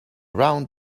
round